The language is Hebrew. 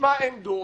שנשמע עמדות,